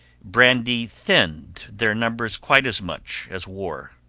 brandy thinned their numbers quite as much as war.